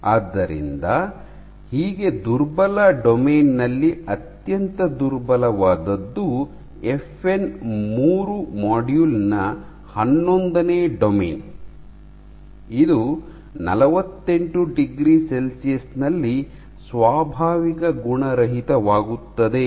ಆದ್ದರಿಂದ ಹೀಗೆ ದುರ್ಬಲ ಡೊಮೇನ್ ನಲ್ಲಿ ಅತ್ಯಂತ ದುರ್ಬಲವಾದದ್ದು ಎಫ್ಎನ್ 3 ಮಾಡ್ಯೂಲ್ ನ ಹನ್ನೊಂದನೇ ಡೊಮೇನ್ ಇದು 48 ಡಿಗ್ರಿ ಸೆಲ್ಸಿಯಸ್ ನಲ್ಲಿ ಸ್ವಾಭಾವಿಕ ಗುಣರಹಿತವಾಗುತ್ತದೆ ಎಂದು ಸೂಚಿಸುತ್ತದೆ